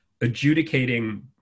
adjudicating